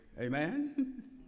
amen